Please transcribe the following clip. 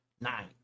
nine